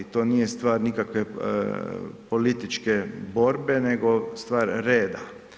To nije stvar nikakve političke borbe, nego stvar reda.